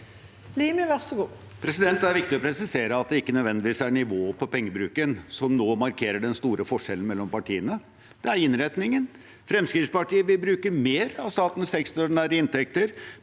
Limi (FrP) Det er viktig å presisere at det ikke nødvendigvis er nivået på pengebruken som markerer den store forskjellen mellom partiene nå – det er innretningen. Fremskrittspartiet vil bruke mer av statens ekstraordinære inntekter